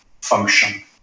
function